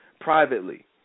privately